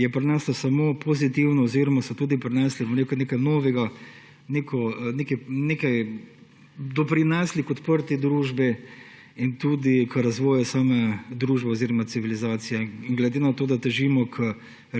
je prineslo samo pozitivno oziroma so tudi prinesli nekaj novega, nekaj so doprinesli k odprti družbi in tudi k razvoju same družbe oziroma civilizacije. Glede na to, da težimo k